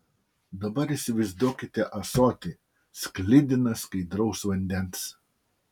dabar įsivaizduokite ąsotį sklidiną skaidraus vandens